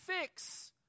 fix